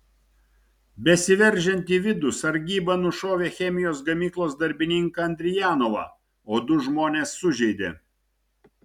besiveržiant į vidų sargyba nušovė chemijos gamyklos darbininką andrijanovą o du žmones sužeidė